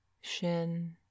shin